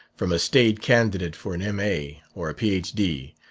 from a staid candidate for an m a, or a ph d,